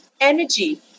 energy